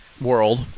world